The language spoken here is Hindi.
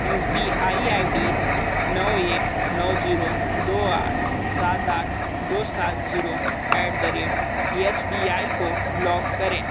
you P I I D नौ एक नौ जीरो दो आठ सात आठ दो सात zero at the rate S B I को ब्लॉक करें